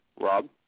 Rob